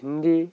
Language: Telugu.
హిందీ